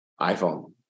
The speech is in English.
iPhone